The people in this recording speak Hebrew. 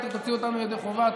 בכל היתר תוציאו אותנו ידי חובה.